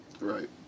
Right